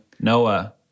Noah